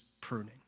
pruning